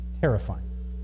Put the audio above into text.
terrifying